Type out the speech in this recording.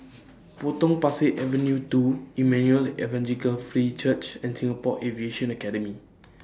Potong Pasir Avenue two Emmanuel Evangelical Free Church and Singapore Aviation Academy